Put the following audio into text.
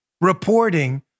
reporting